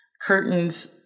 curtains